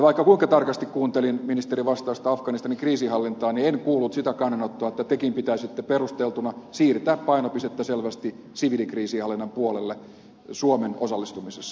vaikka kuinka tarkasti kuuntelin ministerin vastausta afganistanin kriisinhallintaan en kuullut sitä kannanottoa että tekin pitäisitte perusteltuna siirtää painopistettä selvästi siviilikriisinhallinnan puolelle suomen osallistumisessa